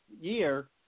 year